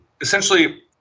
essentially